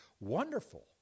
wonderful